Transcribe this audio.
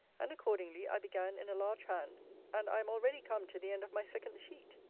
and accordingly i began in a large hand and i am already come to the end of my second sheet.